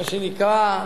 מה שנקרא,